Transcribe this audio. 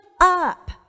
up